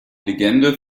legende